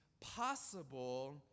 possible